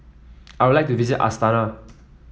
I would like to visit Astana